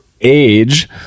age